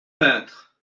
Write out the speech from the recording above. peintre